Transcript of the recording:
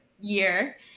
Year